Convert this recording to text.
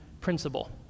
principle